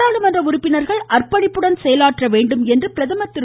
நாடாளுமன்ற உறுப்பினர்கள் அர்ப்பணிப்புடன் செயலாற்ற வேண்டும் என்று பிரதமர் திரு